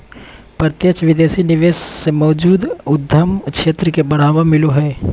प्रत्यक्ष विदेशी निवेश से मौजूदा उद्यम क्षेत्र के बढ़ावा मिलो हय